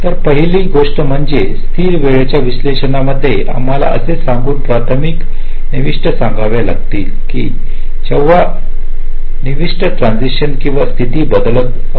तर पहिली गोष्ट म्हणजे स्थिर वेळेच्या विश्लेषणामध्ये आम्हाला असे सांगून प्राथमिक निविष्ठा सांगाव्या लागतील की जेव्हा निविष्ट ट्रान्सिशन किंवा स्थिती बदलत असतात